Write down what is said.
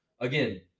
Again